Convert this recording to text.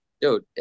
Dude